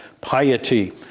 piety